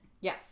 Yes